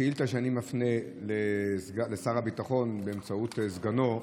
השאילתה שאני מפנה לשר הביטחון באמצעות סגנו: